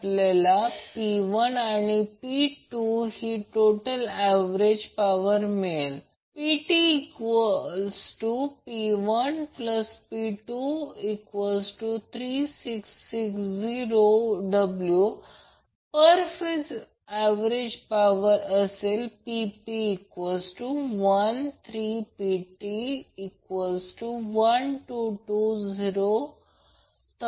समजा कधीकधी असे दिले जाते जर समजा सर्किटची इम्पेडन्स दिली गेली तर समजा जर हे दिले की Z √ jΩ दिले गेले तर r चे मूल्य काय असेल तर x चे मूल्य काय आहे